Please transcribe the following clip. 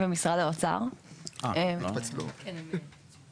אבל בממשלה הקודמת אני הפלתי ארבע הצעות חוק,